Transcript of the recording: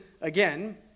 again